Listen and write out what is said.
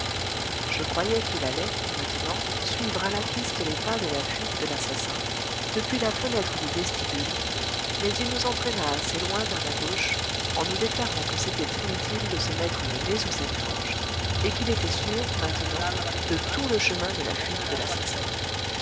je croyais qu'il allait maintenant suivre à la piste les pas de la fuite de l'assassin depuis la fenêtre du vestibule mais il nous entraîna assez loin vers la gauche en nous déclarant que c'était inutile de se mettre le nez sur cette fange et qu'il était sûr maintenant de tout le chemin de la fuite de l'assassin